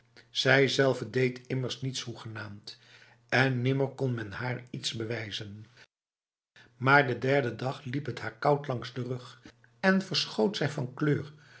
zijzelve deed immers niets hoegenaamd en nimmer kon men haar iets bewijzen maar de derde dag liep het haar koud langs de rug en verschoot zij van kleur